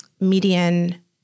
median